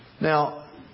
Now